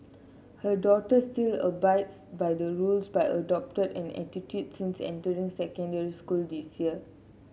her daughter still abides by the rule but adopted an attitude since entering secondary school this year